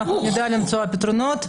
נדע למצוא פתרונות.